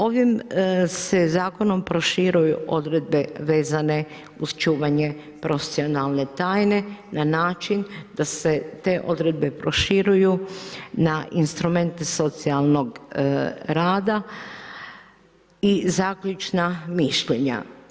Ovim se zakonom proširuju odredbe vezane uz čuvanje profesionalne tajne, na način, da se te odredbe proširuju na instrumente socijalnog rada i zaključna mišljenja.